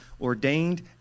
ordained